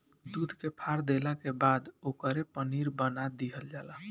दूध के फार देला के बाद ओकरे पनीर बना दीहल जला